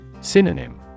Synonym